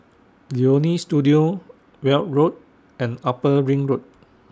Leonie Studio Weld Road and Upper Ring Road